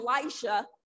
Elisha